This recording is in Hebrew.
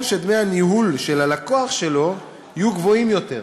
שדמי הניהול של הלקוח שלו יהיו גבוהים יותר.